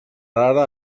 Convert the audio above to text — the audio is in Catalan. ara